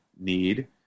need